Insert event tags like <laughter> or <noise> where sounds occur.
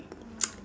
<noise>